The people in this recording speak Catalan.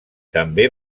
també